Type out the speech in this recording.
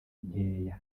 nkeya